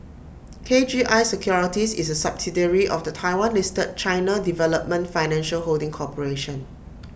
K G I securities is A subsidiary of the Taiwan listed China development financial holding corporation